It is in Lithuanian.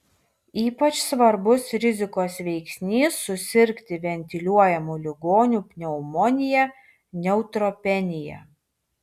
ypač svarbus rizikos veiksnys susirgti ventiliuojamų ligonių pneumonija neutropenija